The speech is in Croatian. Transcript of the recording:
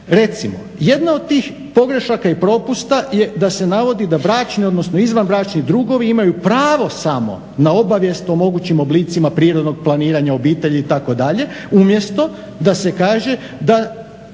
Recimo, jedna od tih pogrešaka i propusta je da se navodi da bračni odnosno izvanbračni drugovi imaju pravo samo na obavijest o mogućim oblicima prirodnog planiranja obitelji itd., umjesto da se kaže da